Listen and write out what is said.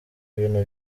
ibintu